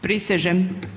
Prisežem.